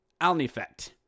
Alnifet